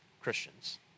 Christians